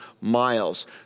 miles